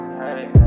hey